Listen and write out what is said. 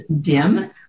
DIM